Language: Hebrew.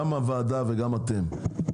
גם הוועדה וגם אתם,